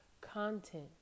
content